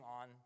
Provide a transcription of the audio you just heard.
on